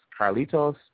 Carlitos